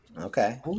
Okay